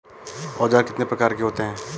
औज़ार कितने प्रकार के होते हैं?